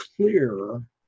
clear